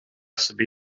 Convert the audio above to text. собі